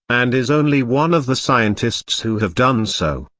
and is only one of the scientists who have done so.